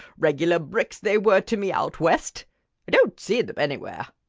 regular bricks they were to me out west! i don't see them anywhere.